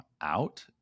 out